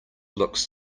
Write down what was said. looks